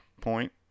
point